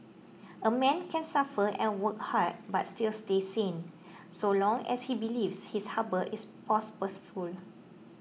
a man can suffer and work hard but still stay sane so long as he believes his harbour is